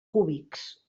cúbics